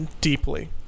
deeply